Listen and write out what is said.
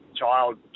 child